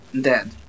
dead